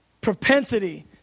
propensity